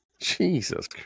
Jesus